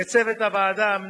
לצוות הוועדה,